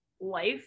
life